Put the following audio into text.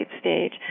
stage